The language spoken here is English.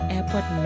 Airport